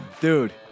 Dude